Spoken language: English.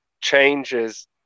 changes